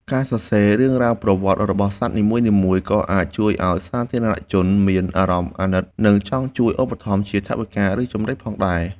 ការសរសេររឿងរ៉ាវប្រវត្តិរបស់សត្វនីមួយៗ ក៏អាចជួយឱ្យសាធារណជនមានអារម្មណ៍អាណិត និងចង់ជួយឧបត្ថម្ភជាថវិកា ឬចំណីផងដែរ។